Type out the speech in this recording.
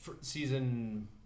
Season